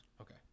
Okay